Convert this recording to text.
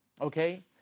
okay